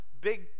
big